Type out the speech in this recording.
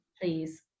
please